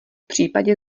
případě